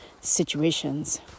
situations